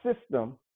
system